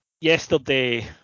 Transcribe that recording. Yesterday